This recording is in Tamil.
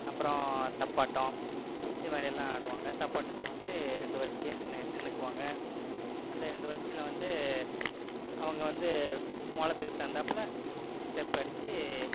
அப்பறம் தப்பாட்டம் இது மாதிரியெல்லாம் ஆடுவாங்க தப்பாட்டத்தில் வந்து ரெண்டு வரிசையா நின்று நின்னுக்குவாங்க அந்த ரெண்டு வரிசையில வந்து அவங்க வந்து மோளத்துக்கு தகுந்தப்பில ஸ்டெப் அடித்து